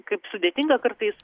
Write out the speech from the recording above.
kaip sudėtinga kartais